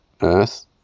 Earth